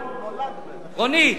רונית,